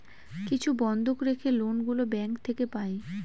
কিছু বন্ধক রেখে লোন গুলো ব্যাঙ্ক থেকে পাই